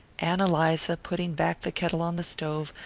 ann eliza, putting back the kettle on the stove,